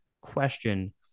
question